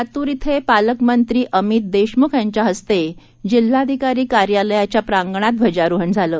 लातूर इथं पालकमंत्री अमित देशमुख यांच्याहस्ते जिल्हाधिकारी कार्यालयाच्या प्रांगणात ध्वजारोहण झालं